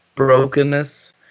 brokenness